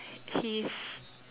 Keith